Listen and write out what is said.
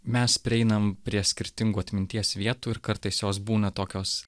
mes prieinam prie skirtingų atminties vietų ir kartais jos būna tokios